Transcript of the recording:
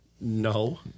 No